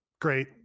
Great